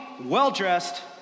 well-dressed